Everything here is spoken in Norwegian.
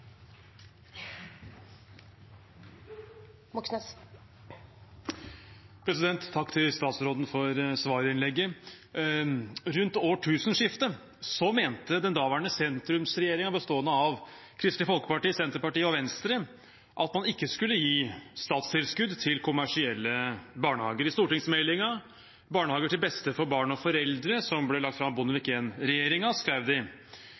Takk til statsråden for svarinnlegget. Rundt årtusenskiftet mente den daværende sentrumsregjeringen, bestående av Kristelig Folkeparti, Senterpartiet og Venstre, at man ikke skulle gi statstilskudd til kommersielle barnehager. I stortingsmeldingen Barnehage til beste for barn og foreldre, som ble lagt fram av Bondevik I-regjeringen, skrev de: